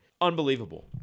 Unbelievable